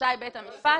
רשאי בית המשפט.